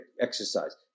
exercise